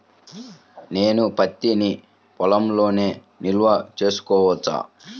నేను పత్తి నీ పొలంలోనే నిల్వ చేసుకోవచ్చా?